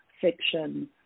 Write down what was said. fiction